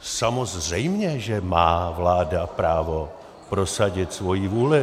Samozřejmě, že má vláda právo prosadit svoji vůli.